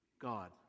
God